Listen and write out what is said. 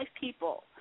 people